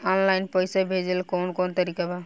Online पइसा भेजेला कवन कवन तरीका बा?